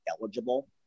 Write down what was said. eligible